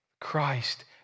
Christ